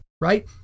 right